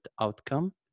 outcome